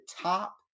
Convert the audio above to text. top